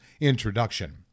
introduction